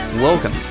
welcome